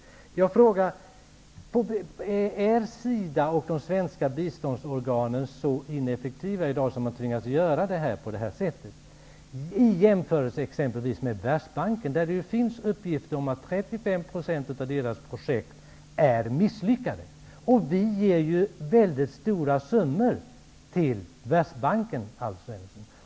Är SIDA och de svenska biståndsorganen i dag så ineffektiva i jämförelse med exempelvis Världsbanken att man tvingas göra på det här sättet? Det finns uppgifter om att 35 % av Världsbankens projekt är misslyckade. Sverige ger mycket stora summor till Världsbanken, Alf Svensson.